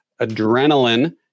Adrenaline